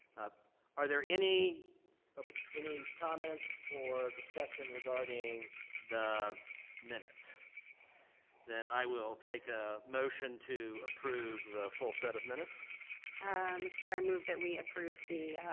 ah are there any any comments or discussion regarding the minutes then i will take a motion to approve the full set of minutes mr. chair i move that we approve the